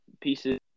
pieces